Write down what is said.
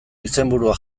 izenburua